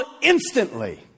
instantly